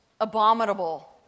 abominable